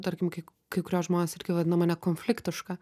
tarkim kai kai kurie žmonės irgi vadina mane konfliktiška